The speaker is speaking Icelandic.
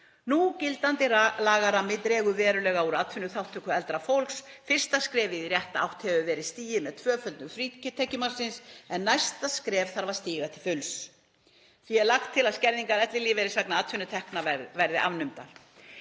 Núgildandi lagarammi dregur verulega úr atvinnuþátttöku eldra fólks. Fyrsta skrefið í rétta átt hefur verið stigið með tvöföldun frítekjumarksins en næsta skref þarf að stíga til fulls. Því er lagt til að skerðingar ellilífeyris vegna atvinnutekna verði afnumdar.